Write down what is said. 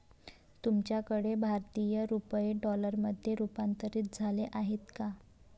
तुमच्याकडे भारतीय रुपये डॉलरमध्ये रूपांतरित झाले आहेत का?